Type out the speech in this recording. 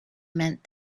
meant